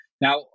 Now